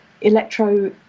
electro